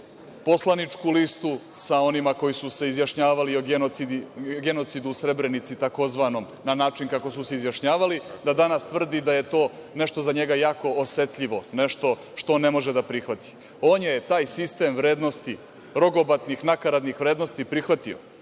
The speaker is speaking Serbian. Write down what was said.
poslaničku listu sa onima koji su se izjašnjavali o genocidu o Srebrenici tzv. na način kako su se izjašnjavali, da danas tvrdi da je to nešto za njega jako osetljivo, nešto što ne može da prihvati. On je taj sistem vrednosti rogobatnih, nakaradnih vrednosti prihvatio